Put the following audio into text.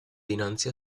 dinanzi